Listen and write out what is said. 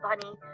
bunny